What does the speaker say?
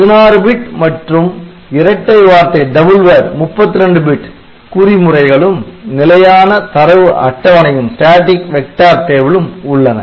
16 bit மற்றும் இரட்டை வார்த்தை 32 பிட் குறி முறைகளும் நிலையான தரவு அட்டவணையும் உள்ளன